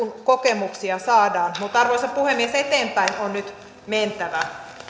kokemuksia saadaan mutta arvoisa puhemies eteenpäin on nyt mentävä